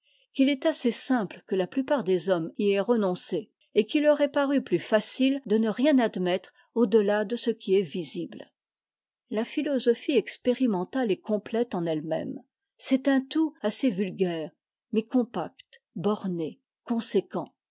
qu'il est assez simple que la plupart des hommes y aient renoncé et qu'il eur ait paru plus facile de ne rien admettre au delà de ce qui est visible la philosophie expérimenta e est complète en ehe même c'est un tout assez vulgaire mais compacte borné conséquent